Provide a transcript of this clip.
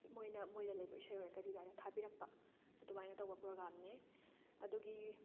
ꯃꯣꯏꯅ ꯃꯣꯏꯗ ꯂꯩꯕ ꯏꯁꯩ ꯑꯣꯏꯔꯒꯗꯤ ꯑꯗꯨꯃꯥꯏꯅ ꯊꯕꯤꯔꯛꯄ ꯑꯗꯨꯃꯥꯏꯅ ꯇꯧꯕ ꯄ꯭ꯔꯣꯒ꯭ꯔꯥꯝꯅꯦ ꯑꯗꯨꯒꯤ